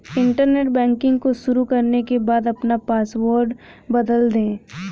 internet banking को शुरू करने के बाद अपना पॉसवर्ड बदल दे